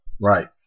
right